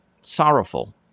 sorrowful